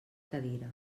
cadira